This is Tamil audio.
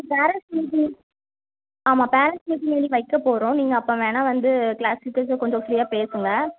பேரன்ட்ஸ் மீட்டிங் ஆமாம் பேரன்ட்ஸ் மீட்டிங் வந்து வைக்க போகிறோம் நீங்கள் அப்போ வேணால் வந்து க்ளாஸ் டீச்சர்ஸ்ஸை கொஞ்சம் ஃப்ரீயாக பேசுங்க